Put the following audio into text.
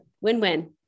win-win